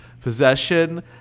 possession